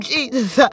Jesus